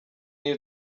new